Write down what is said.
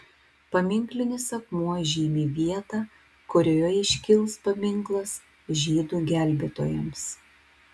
paminklinis akmuo žymi vietą kurioje iškils paminklas žydų gelbėtojams